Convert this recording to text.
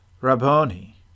Rabboni